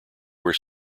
where